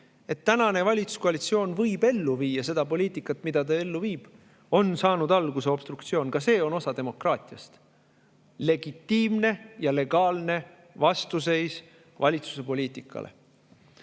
et tänane valitsuskoalitsioon võib ellu viia seda poliitikat, mida ta ellu viib, on saanud alguse obstruktsioon. Ka see on osa demokraatiast: legitiimne ja legaalne vastuseis valitsuse poliitikale. Kuidas